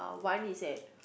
one is at